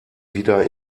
wieder